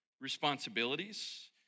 responsibilities